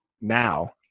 now